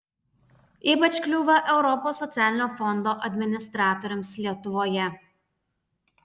ypač kliūva europos socialinio fondo administratoriams lietuvoje